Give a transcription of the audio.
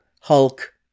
Hulk